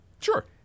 Sure